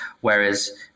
Whereas